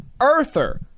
earther